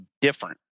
different